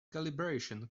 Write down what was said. calibration